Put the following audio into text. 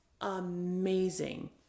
amazing